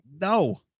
no